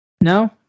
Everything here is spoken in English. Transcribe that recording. No